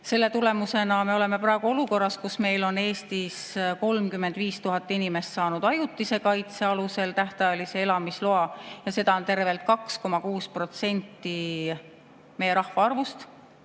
Selle tulemusena me oleme praegu olukorras, kus meil on Eestis 35 000 inimest saanud ajutise kaitse alusel tähtajalise elamisloa ja seda on tervelt 2,6% meie rahvaarvust.